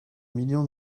millions